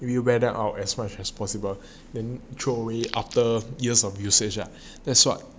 wear out as much as possible then maybe throw away after years of usage ah that's what